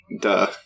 duh